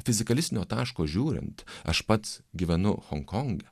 fizikalisinio taško žiūrint aš pats gyvenu honkonge